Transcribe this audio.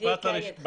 תגיד חברה ערבית.